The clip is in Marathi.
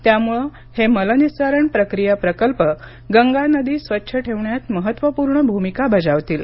त्यामुळे हे मलनिःसारण प्रक्रिया प्रकल्प गंगा नदी स्वच्छ ठेवण्यात महत्त्वपूर्ण भूमिका बजावतील